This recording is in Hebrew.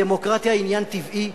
הדמוקרטיה היא עניין טבעי,